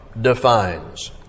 defines